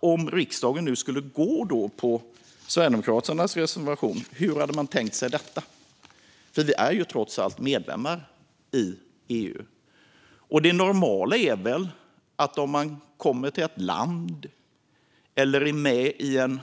Om riksdagen nu skulle stödja Sverigedemokraternas reservation undrar jag hur man har tänkt sig detta, för vi är ju trots allt medlemmar i EU. Och det normala är väl att om man kommer till ett land eller är med i en